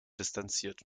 distanziert